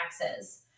taxes